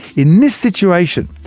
in this situation,